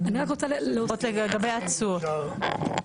לפחות לגבי התשואות.